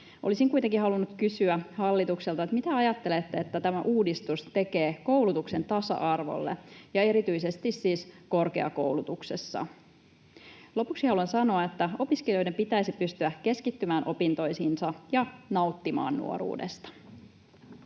Olisin kuitenkin halunnut kysyä hallitukselta: mitä ajattelette, että tämä uudistus tekee koulutuksen tasa-arvolle ja erityisesti siis korkeakoulutuksessa? Lopuksi haluan sanoa, että opiskelijoiden pitäisi pystyä keskittymään opintoihinsa ja nauttimaan nuoruudesta.